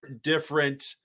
different